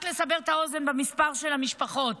רק לסבר את האוזן במספר של המשפחות: